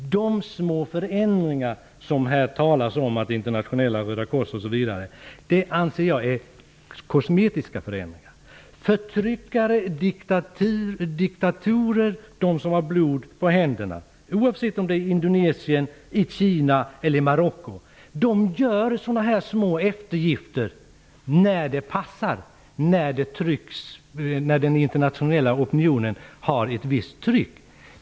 De små förändringar som det talas om, t.ex att Internationella röda korset kan arbeta där osv., anser jag är kosmetiska förändringar. Förtryckare, diktatorer och de som har blod på händerna, oavsett om det är i Indonesien, Kina eller Marocko, gör dessa små eftergifter när det passar dem, när den internationella opinionen utövar ett visst tryck.